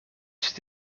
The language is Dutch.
zit